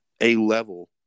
A-level